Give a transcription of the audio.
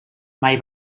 mai